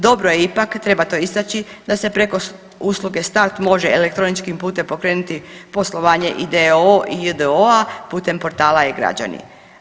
Dobro je ipak, treba to istaći da se preko usluge STAT može elektroničkim putem pokrenuti poslovanje i d.o.o. i j.d.o.-a putem portala e-građani.